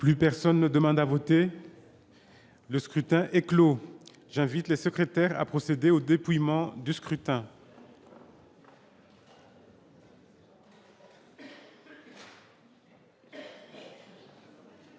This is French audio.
Plus personne ne demande à voter. Le scrutin est clos, j'invite les secrétaire à procéder au dépouillement du scrutin.